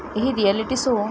ଏହି reality show